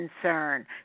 concern